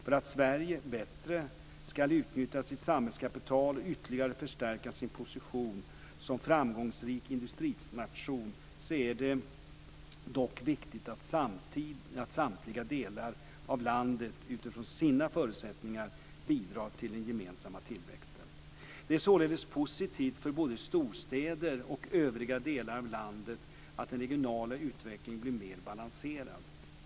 För att Sverige bättre ska utnyttja sitt samhällskapital och ytterligare förstärka sin position som framgångsrik industrination är det dock viktigt att samtliga delar av landet, utifrån sina förutsättningar, bidrar till den gemensamma tillväxten. Det är således positivt för både storstäder och övriga delar av landet att den regionala utvecklingen blir mer balanserad.